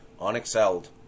unexcelled